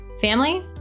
family